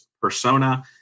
persona